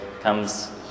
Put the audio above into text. comes